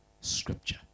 Scripture